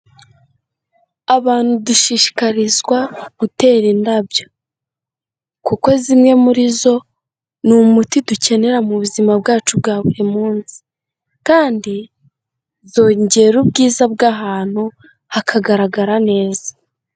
Abantu dushishikarizwa gutera indabyo, kuko zimwe muri zo ni umuti dukenera mu buzima bwacu bwa buri munsi, kandi zongera ubwiza bw'ahantu hakagaragara neza.